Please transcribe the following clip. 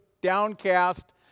downcast